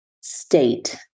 state